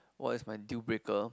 what is my deal breaker